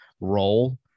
role